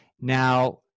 now